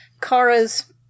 Kara's